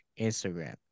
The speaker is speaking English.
instagram